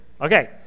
Okay